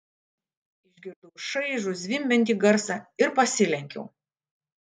išgirdau šaižų zvimbiantį garsą ir pasilenkiau